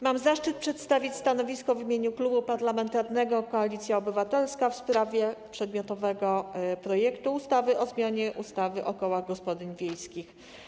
Mam zaszczyt przedstawić stanowisko w imieniu Klubu Parlamentarnego Koalicja Obywatelska wobec przedmiotowego projektu ustawy o zmianie ustawy o kołach gospodyń wiejskich.